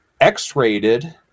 X-rated